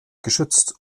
geschützt